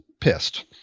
pissed